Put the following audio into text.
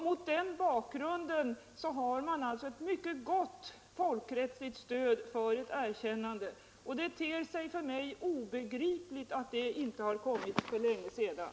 Mot den bakgrunden har man alltså ett mycket gott folkrättsligt stöd för ett erkännande, och det ter sig för mig obegripligt att ett sådant inte kommit för länge sedan.